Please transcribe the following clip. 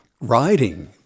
riding